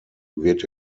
wird